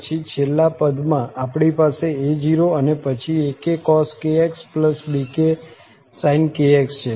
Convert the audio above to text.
પછી છેલ્લા પદમાં આપણી પાસે a0 અને પછી akcos⁡bksin⁡ છે